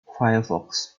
firefox